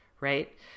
Right